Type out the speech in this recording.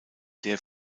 der